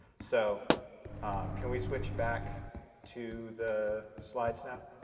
so can we switch back to the slides now?